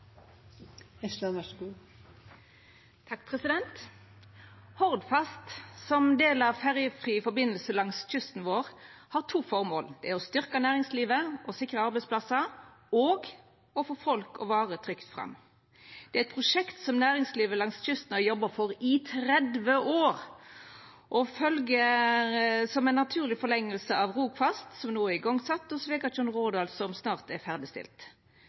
Hordfast, som del av ein ferjefri forbindelse langs kysten vår, har to formål: Det er å styrkja næringslivet og sikra arbeidsplassar og å få folk og varer trygt fram. Dette er eit prosjekt som næringslivet langs kysten har jobba for i 30 år, og som følgjer som ei naturleg forlenging av Rogfast, som no er sett i gang, og Svegatjørn–Rådal, som snart er ferdigstilt.